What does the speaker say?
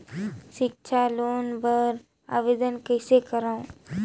सिक्छा लोन बर आवेदन कइसे करव?